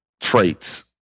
traits